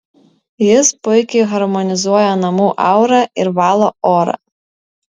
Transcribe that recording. jis puikiai harmonizuoja namų aurą ir valo orą